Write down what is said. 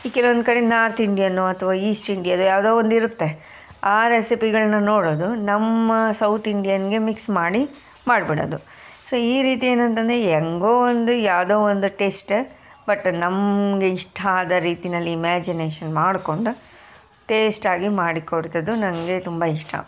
ಕೆಲವೊಂದು ಕಡೆ north Indian ಅಥವಾ ಈಸ್ಟ್ ಇಂಡಿಯದು ಯಾವುದೋ ಒಂದು ಇರುತ್ತೆ ಆ ರೆಸಿಪಿಗಳನ್ನು ನೋಡೋದು ನಮ್ಮ ಸೌತ್ ಇಂಡಿಯನ್ಗೆ ಮಿಕ್ಸ್ ಮಾಡಿ ಮಾಡಿಬಿಡೋದು ಸೊ ಈ ರೀತಿ ಏನಂತಂದರೆ ಹೆಂಗೋ ಒಂದು ಯಾವುದೋ ಒಂದು ಟೇಸ್ಟ ಬಟ್ ನಮಗೆ ಇಷ್ಟ ಆದ ರೀತಿಯಲ್ಲಿ ಇಮ್ಯಾಜಿನೇಶನ್ ಮಾಡಿಕೊಂಡು ಟೇಸ್ಟ್ ಆಗಿ ಮಾಡಿಕೊಡುವುದದು ನನಗೆ ತುಂಬ ಇಷ್ಟ